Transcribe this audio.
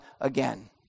again